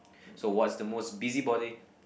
so what's the most busybody